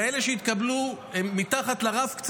כאלה שהתקבלו מתחת לרף,